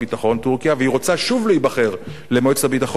והיא רוצה שוב להיבחר למועצת הביטחון ב-2015,